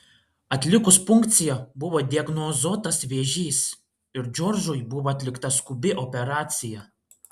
atlikus punkciją buvo diagnozuotas vėžys ir džordžui buvo atlikta skubi operacija